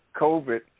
COVID